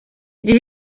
gihe